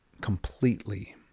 completely